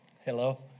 Hello